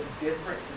different